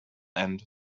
end